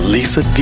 Lisa